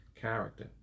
character